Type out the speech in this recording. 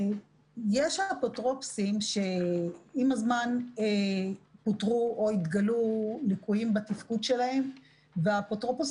יש אפוטרופוסים שעם הזמן אותרו או התגלו ליקויים בתפקוד שלהם והאפוטרופוס